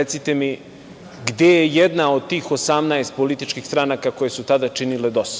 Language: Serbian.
recite mi gde je jedna od tih 18 političkih stranaka koje su tada činile DOS?